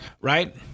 Right